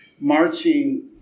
marching